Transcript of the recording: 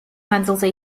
მანძილზე